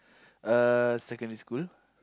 uh secondary school